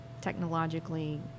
technologically